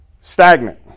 stagnant